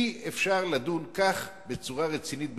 אי-אפשר לדון כך בצורה רצינית בחוקים.